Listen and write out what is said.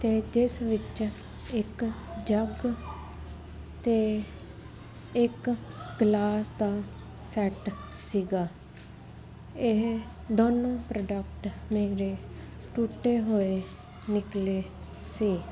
ਤੇ ਜਿਸ ਵਿੱਚ ਇੱਕ ਜੱਗ ਤੇ ਇੱਕ ਗਲਾਸ ਦਾ ਸੈੱਟ ਸੀ ਇਹ ਦੋਨੋਂ ਪ੍ਰੋਡਕਟ ਮੇਰੇ ਟੁੱਟੇ ਹੋਏ ਨਿਕਲੇ ਸੀ